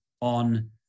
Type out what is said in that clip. on